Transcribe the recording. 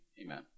amen